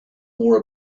more